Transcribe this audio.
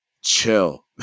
chill